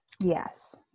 yes